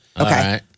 Okay